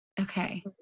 Okay